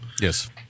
yes